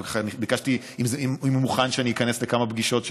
וביקשתי אם הוא מוכן שאני איכנס לכמה פגישות שלו,